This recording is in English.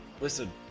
listen